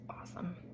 awesome